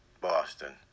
Boston